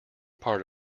part